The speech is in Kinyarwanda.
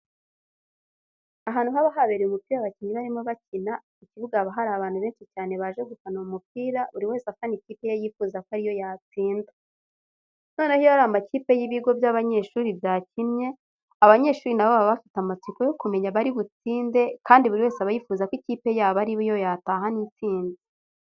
Ahantu haba habereye umupira abakinnyi barimo bakina, ku kibuga haba hari abantu benshi cyane baje gufana uwo mupira buri wese afana ikipe ye yifuza ko ari yo yatsinda. Noneho iyo ari amakipe y'ibigo by'abanyeshuri byakinnye abanyeshuri na bo baba bafite amatsiko yo kumenya abari butsinde kandi buri wese aba yifuza ko ikipe yabo ari yo yatahana intsinzi.